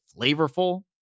flavorful